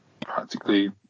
practically